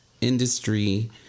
industry